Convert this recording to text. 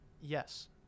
Yes